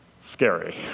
scary